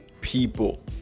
People